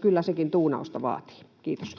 kyllä sekin tuunausta vaatii. — Kiitos.